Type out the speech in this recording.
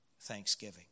thanksgiving